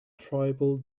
tribal